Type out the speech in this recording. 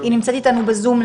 היא נמצאת איתנו בזום.